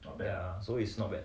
ya so it's not bad